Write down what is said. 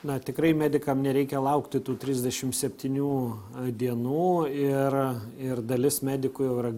na tikrai medikam nereikia laukti tų trisdešims septynių dienų ir ir dalis medikų jau yra